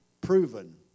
proven